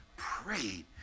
prayed